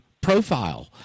profile